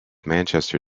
manchester